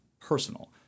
personal